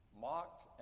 mocked